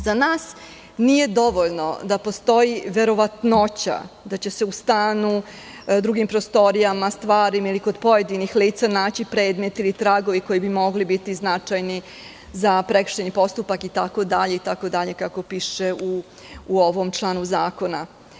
Za nas nije dovoljno da postoji verovatnoća da će se u stanu, drugim prostorijama, stvarima ili kod pojedinih lica naći predmet ili tragovi koji bi mogli biti značajni za prekršajni postupak itd, kako piše u ovom članu zakona.